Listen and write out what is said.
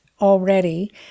already